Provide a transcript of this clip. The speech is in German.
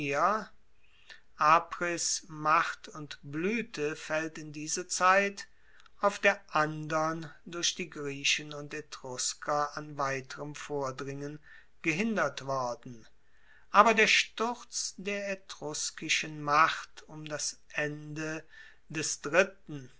macht und bluete faellt in diese zeit auf der andern durch die griechen und etrusker an weiterem vordringen gehindert worden aber der sturz der etruskischen macht um das ende des dritten